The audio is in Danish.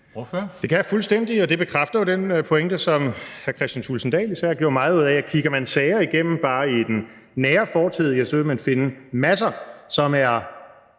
Det kan jeg fuldstændig. Og det bekræfter jo den pointe, som hr. Kristian Thulesen Dahl især gjorde meget ud af, nemlig at hvis man kigger sager igennem bare i den nære fortid, vil man finde masser, som er